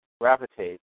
gravitate